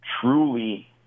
truly